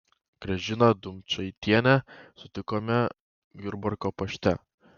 gražiną dumčaitienę sutikome jurbarko pašte